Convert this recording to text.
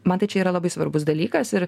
man tai čia yra labai svarbus dalykas ir